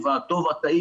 מה יהיה בחוף הזה?